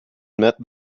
met